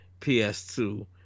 PS2